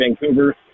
Vancouver